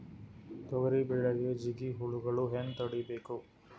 ತೊಗರಿ ಬೆಳೆಗೆ ಜಿಗಿ ಹುಳುಗಳು ಹ್ಯಾಂಗ್ ತಡೀಬೇಕು?